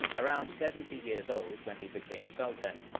around seventy years old when he became sultan,